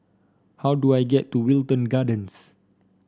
how do I get to Wilton Gardens